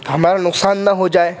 ہمارا نقصان نہ ہو جائے